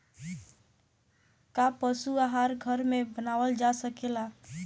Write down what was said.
का पशु आहार घर में बनावल जा सकेला?